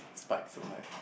spike so high